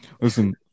Listen